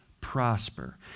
prosper